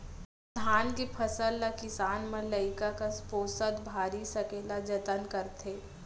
धान के फसल ल किसान मन लइका कस पोसत भारी सकेला जतन करथे